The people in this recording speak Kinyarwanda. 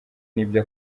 nibyo